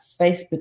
Facebook